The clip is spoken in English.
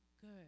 good